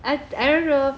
I I don't know